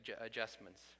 adjustments